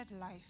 life